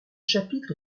chapitre